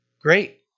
Great